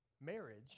Marriage